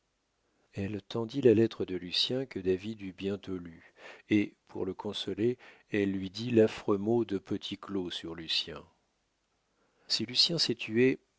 elle tendit la lettre de lucien que david eut bientôt lue et pour le consoler elle lui dit l'affreux mot de petit claud sur lucien si lucien s'est tué